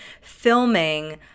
filming